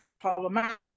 problematic